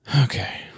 okay